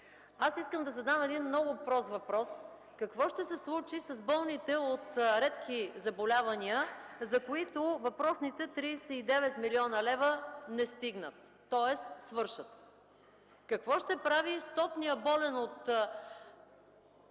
Аз искам да задам един много прост въпрос: какво ще се случи с болните от редки заболявания, за които въпросните 39 млн. лв. не стигнат, тоест свършат? Какво ще прави стотният болен от